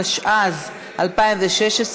התשע"ז 2016,